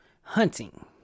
hunting